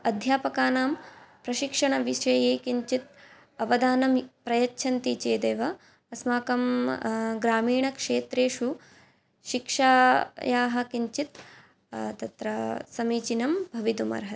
अध्यापकानां प्रशिक्षणविषये किञ्चित् अवधानं प्रयच्छन्ति चेदेव अस्माकं ग्रामीणक्षेत्रेषु शिक्षायाः किञ्चित् तत्र समीचीनं भवितुमर्हति